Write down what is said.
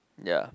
ya